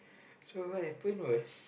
so what happened was